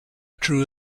true